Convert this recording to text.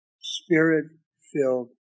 Spirit-Filled